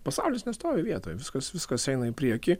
pasaulis nestovi vietoj viskas viskas eina į priekį